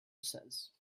says